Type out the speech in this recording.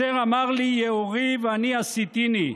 "אשר אמר לי יְאֹרִי ואני עשיתיני",